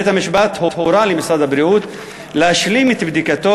בית-המשפט הורה למשרד הבריאות להשלים את בדיקתו